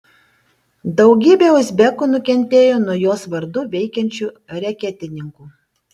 daugybė uzbekų nukentėjo nuo jos vardu veikiančių reketininkų